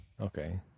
Okay